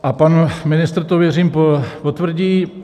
A pan ministr to, věřím, potvrdí.